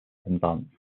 penzance